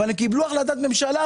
אבל קיבלו החלטת ממשלה,